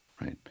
right